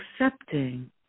accepting